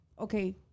okay